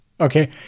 Okay